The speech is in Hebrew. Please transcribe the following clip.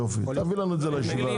יופי, תביא לנו את זה לישיבה הבאה.